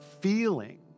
feeling